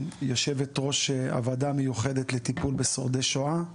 יושבת-ראש הוועדה המיוחדת לטיפול בשורדי שואה.